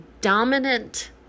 dominant